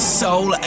soul